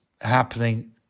happening